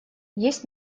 есть